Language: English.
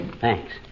Thanks